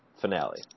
finale